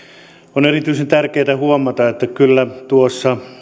on erityisen tärkeätä huomata että kyllä tuossa